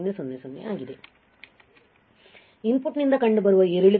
ಆದ್ದರಿಂದ ಇನ್ಪುಟ್ನಿಂದ ಕಂಡುಬರುವ ಏರಿಳಿತವು 63000 ಅಂಶದಿಂದ ಕಡಿಮೆಯಾಗುತ್ತದೆ